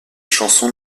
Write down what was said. chansons